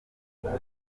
bamwe